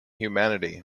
humanity